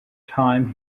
time